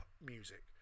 music